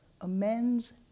amends